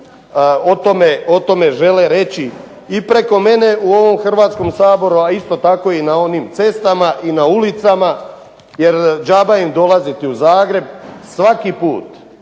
o tome žele reći. I preko mene u ovom Hrvatskom saboru, a isto tako i na onim cestama i na ulicama jer džaba im dolaziti u Zagreb, svaki put